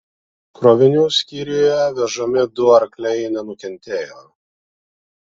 krovinių skyriuje vežami du arkliai nenukentėjo